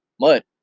mud